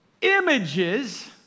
images